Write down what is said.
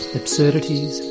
absurdities